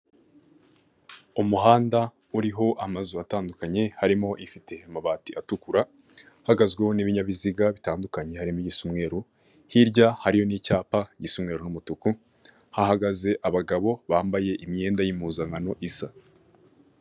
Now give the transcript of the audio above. Ni mu isoko ry'ibiribwa harimo abantu bagaragara ko bari kugurisha, ndabona imboga zitandukanye, inyuma yaho ndahabona ibindi bintu biri gucuruzwa ,ndahabona ikimeze nk'umutaka ,ndahabona hirya ibiti ndetse hirya yaho hari n'inyubako.